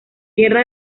guerra